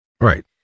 Right